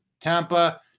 Tampa